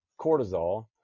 cortisol